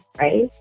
right